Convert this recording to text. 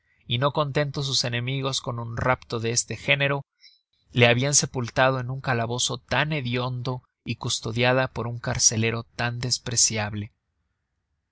y no contentos sus enemigos con un rapto de este género la habian sepultado en un calabozo tan hediondo y custodiada por un carcelero tan despreciable